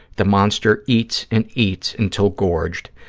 the monster eats and eats until gorged,